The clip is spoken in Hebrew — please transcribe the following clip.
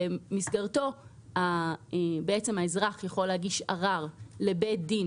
שבמסגרתו האזרח יכול להגיש ערר לבית דין,